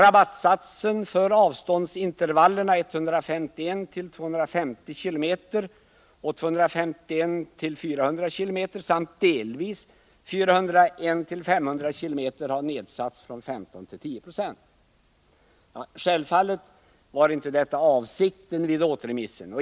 Självfallet var inte detta avsikten vid återremissen.